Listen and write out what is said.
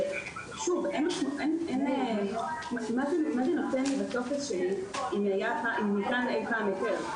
שוב, מה זה נותן בטופס שלי אם ניתן אי פעם היתר?